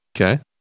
Okay